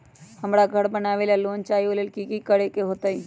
हमरा घर बनाबे ला लोन चाहि ओ लेल की की करे के होतई?